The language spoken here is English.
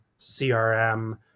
CRM